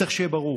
צריך שיהיה ברור,